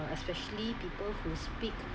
especially people who speak